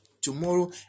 Tomorrow